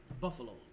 Buffalo